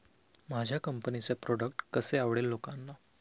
माझ्या कंपनीचे प्रॉडक्ट कसे आवडेल लोकांना?